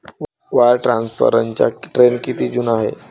Wire ट्रान्सफरचा trend किती जुना आहे?